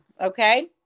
Okay